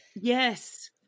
yes